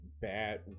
bad